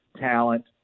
talent